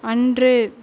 அன்று